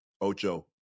Ocho